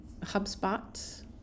HubSpot